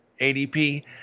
ADP